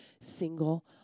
single